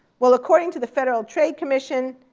well, according to the federal trade commission,